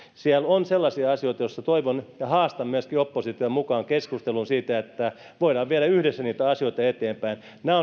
siellä on sellaisia asioita joissa toivon ja haastan myöskin opposition mukaan keskusteluun että voidaan viedä yhdessä niitä asioita eteenpäin nämä